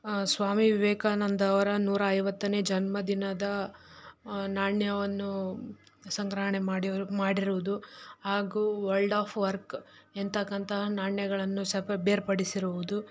ಸ್ವಾಮಿ ವಿವೇಕಾನಂದ ಅವರ ನೂರ ಐವತ್ತನೇ ಜನ್ಮದಿನದ ನಾಣ್ಯವನ್ನು ಸಂಗ್ರಹಣೆ ಮಾಡಿವ್ ಮಾಡಿರುವುದು ಹಾಗೂ ವರ್ಲ್ಡ್ ಆಫ್ ವರ್ಕ್ ಎನ್ನತಕ್ಕಂತಹ ನಾಣ್ಯಗಳನ್ನು ಸೆಪ ಬೇರ್ಪಡಿಸಿರುವುದು